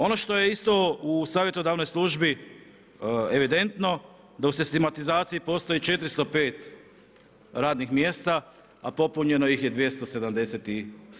Ono što je isto u savjetodavnoj službi evidentno, to u sistematizaciji postoji 405 radnih mjesta, a popunjeno ih 277.